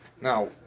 Now